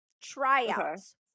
tryouts